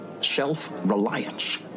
self-reliance